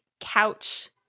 couch